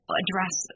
address